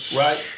right